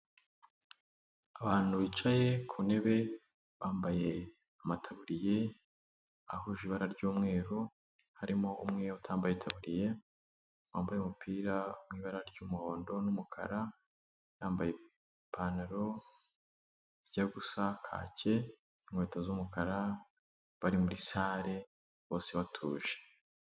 Abantu bicaye ku ntebe bambaye amataburiya ahuje ibara ry'umweru, harimo umwe utambaye itaburiya, wambaye umupira w'ibatara ry'umuhondo n'umukara, yambaye ipantaro ijya gusa kake, inkweto z'umukara, bari muri sare bose batuje.